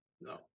No